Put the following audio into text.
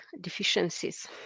deficiencies